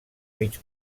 mig